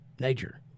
nature